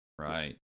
Right